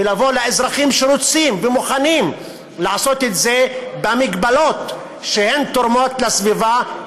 ולבוא לאזרחים שרוצים ומוכנים לעשות את זה במגבלות שהן תורמות לסביבה.